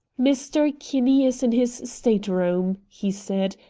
mr. kinney is in his state-room, he said,